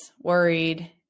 worried